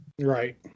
Right